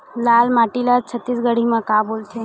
लाल माटी ला छत्तीसगढ़ी मा का बोलथे?